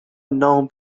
النوم